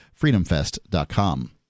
freedomfest.com